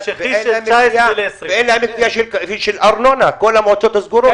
ואין להם גביה של ארנונה כל המועצות סגורות.